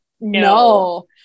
No